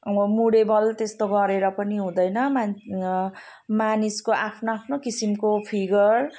अब मुढे बल त्यस्तो गरेर पनि हुँदैन मान् मानिसको आफ्नो आफ्नो किसिमको फिगर